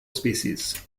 species